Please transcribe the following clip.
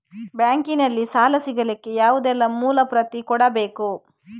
Bank ನಲ್ಲಿ ಸಾಲ ಸಿಗಲಿಕ್ಕೆ ಯಾವುದೆಲ್ಲ ಮೂಲ ಪ್ರತಿ ಕೊಡಬೇಕು?